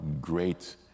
great